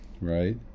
right